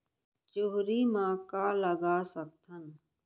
चुहरी म का लगा सकथन?